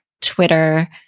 Twitter